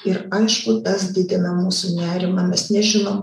ir aišku tas didina mūsų nerimą mes nežinom